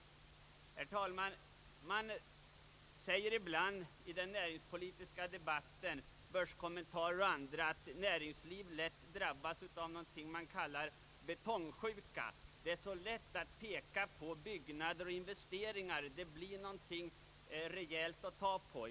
Man säger ibland i den näringspolitiska debatten, börskommentarer m.m. att näringslivet lätt drabbas av någonting som man kallar betongsjuka. Det är så lätt att peka på byggnader och investeringar. Det blir något rejält att ta på.